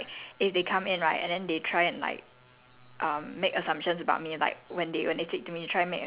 my education my qualification that kind of thing so like if they come in right and then they try and like